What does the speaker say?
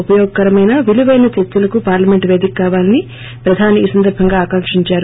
ఉపయోగకరమైన విలువైన చర్చలకు పార్లమెంట్ పేదిక కావాలని ప్రధాని ఈ సందర్భంగా ఆకాంక్షించారు